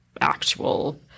actual